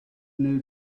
new